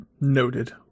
Noted